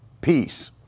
peace